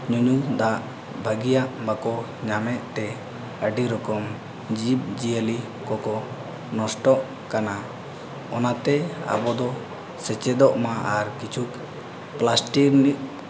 ᱢᱤᱢᱤᱫ ᱫᱟᱜ ᱵᱟᱹᱜᱤᱭᱟᱜ ᱵᱟᱠᱚ ᱧᱟᱢᱮᱫ ᱛᱮ ᱟᱹᱰᱤ ᱨᱚᱠᱚᱢ ᱡᱤᱵᱽ ᱡᱤᱭᱟᱹᱞᱤ ᱠᱚ ᱱᱚᱥᱴᱚᱜ ᱠᱟᱱᱟ ᱚᱱᱟᱛᱮ ᱟᱵᱚ ᱫᱚ ᱥᱮᱪᱮᱫᱚᱜ ᱢᱟ ᱟᱨ ᱠᱤᱪᱷᱩ ᱯᱞᱟᱥᱴᱤᱠ